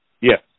Yes